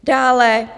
Dále.